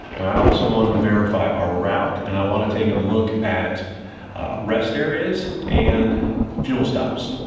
and i also want to verify our route and i want to take a look at rest areas and fuel stops.